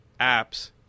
apps